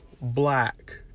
Black